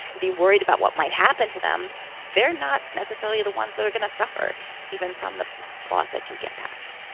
and be worried about what might happen to them they're not necessarily the ones that are gonna suffer even from the laws that do get passed